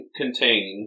contain